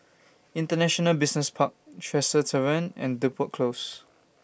International Business Park Tresor Tavern and Depot Close